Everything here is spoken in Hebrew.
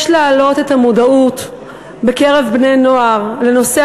יש להעלות את המודעות בקרב בני-נוער לנושא